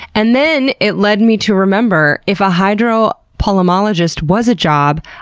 and then it led me to remember if a hydropolemologist was a job,